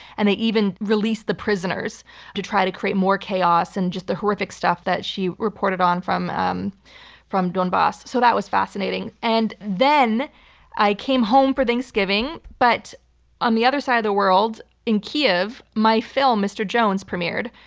and they even released the prisoners to try to create more chaos and just the horrific stuff that she reported on from um from donbas, so that was fascinating. and then i came home for thanksgiving, but on the other side of the world in kyiv, my film mr. jones, premiered.